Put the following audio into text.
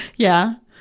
yeah.